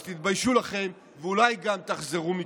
אז תתביישו לכם, ואולי גם תחזרו בכם.